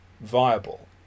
viable